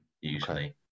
usually